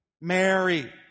Mary